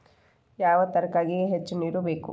ಯಾವ ತರಕಾರಿಗೆ ಹೆಚ್ಚು ನೇರು ಬೇಕು?